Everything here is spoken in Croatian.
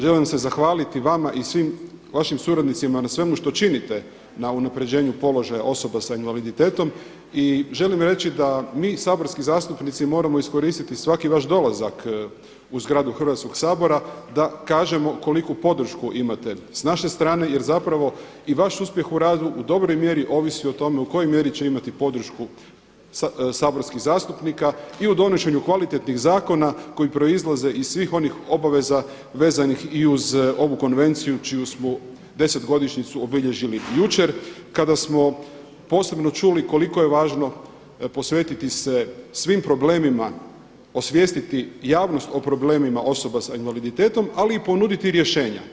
Želim se zahvaliti vama i svim vašim suradnicima na svemu što činite na unapređenju položaja osoba sa invaliditetom i želim reći da mi saborski zastupnici moramo iskoristiti svaki vaš dolazak u zgradu Hrvatskog sabora da kažemo koliku podršku imate sa naše strane jer zapravo i vaš uspjeh u radu u dobroj mjeri ovisi o tome u kojoj mjeri će imati podršku saborskih zastupnika i u donošenju kvalitetnih zakona koji proizlaze iz svih onih obaveza vezanih i uz ovu konvenciju čiju smo deset godišnjicu obilježili jučer kada smo posebno čuli koliko je važno posvetiti se svim problemima, osvijestiti javnost o problemima osoba sa invaliditetom, ali ponuditi i rješenja.